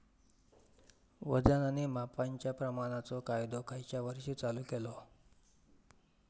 वजन आणि मापांच्या प्रमाणाचो कायदो खयच्या वर्षी चालू केलो?